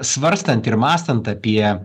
svarstant ir mąstant apie